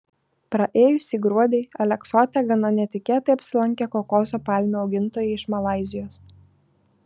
praėjusį gruodį aleksote gana netikėtai apsilankė kokoso palmių augintojai iš malaizijos